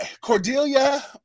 Cordelia